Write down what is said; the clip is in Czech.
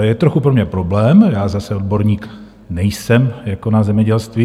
Je trochu pro mě problém já zase odborník nejsem, jako na zemědělství.